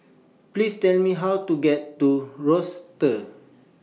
Please Tell Me How to get to roster